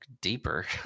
Deeper